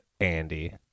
Andy